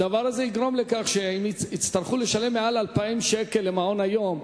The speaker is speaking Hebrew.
הדבר יגרום לכך שהן יצטרכו לשלם מעל 2,000 שקל למעון-היום.